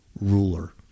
ruler